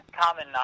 common